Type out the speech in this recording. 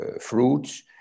fruits